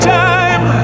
time